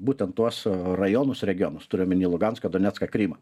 būtent tuos rajonus regionus turiu omeny luganską donecką krymą